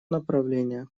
направление